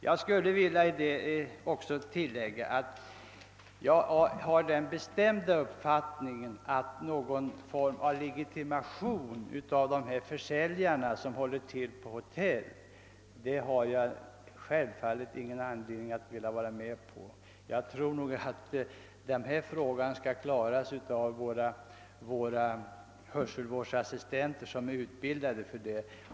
Jag skulle vilja tillägga att jag självfallet inte har någon anledning att tala för någon form av legitimation för dessa försäljare som håller till på hotell. Och en sådan behövs inte för våra hörselvårdsassistenter, som är utbildade för sin uppgift.